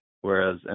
whereas